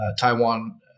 Taiwan